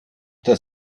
das